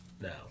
now